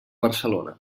barcelona